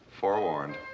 Forewarned